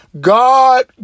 God